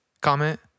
comment